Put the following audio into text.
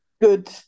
good